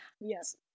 yes